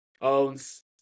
owns